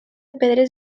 pedres